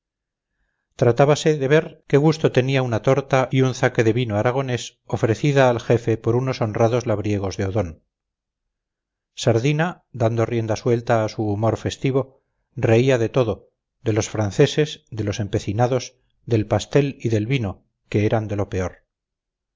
tratábase de ver qué gusto tenía una torta y un zaque de vino aragonés ofrecida al jefe por unos honrados labriegos de odón sardina dando rienda suelta a su humor festivo reía de todo de los franceses de los empecinados del pastel y del vino que eran de lo peor